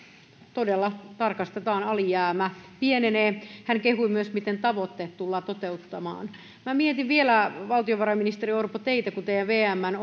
todella tarkastetaan alijäämä pienenee hän kehui myös miten tavoitteet tullaan toteuttamaan minä mietin vielä valtiovarainministeri orpo teitä kun teidän vmn